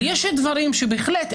יש דברים שבהחלט,